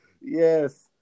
Yes